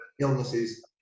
illnesses